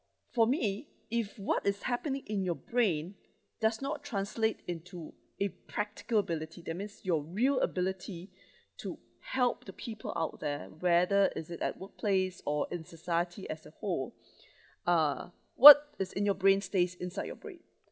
for me if what is happening in your brain does not translate into a practical ability that means your real ability to help the people out there whether is it at workplace or in society as a whole uh what is in your brain stays inside your brain